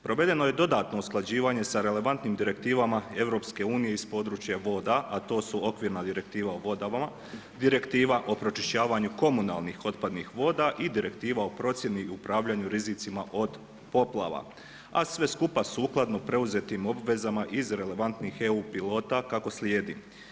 Provedeno je dodatno usklađivanje sa relevantnim direktivama EU iz područja voda a to su Okvirna direktiva o vodama, Direktiva o pročišćavanju komunalnih otpadnih voda i Direktiva o procjeni i upravljanju rizicima od poplava a sve skupa sukladno preuzetim obvezama iz relevantnih EU pilota kako slijedi.